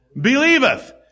believeth